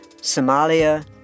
Somalia